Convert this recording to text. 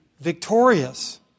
victorious